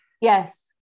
Yes